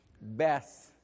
Best